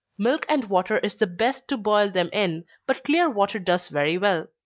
milk and water is the best to boil them in, but clear water does very well.